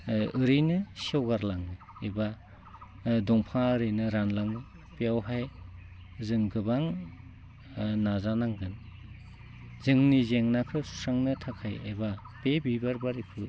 ओरैनो सेवगारलाङो एबा दंफाङा ओरैनो रानलाङो बेवहाय जों गोबां नाजानांगोन जोंनि जेंनाखौ सुस्रांनो थाखाय एबा बे बिबार बारिखौ